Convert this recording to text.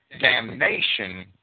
damnation